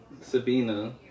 Sabina